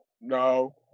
No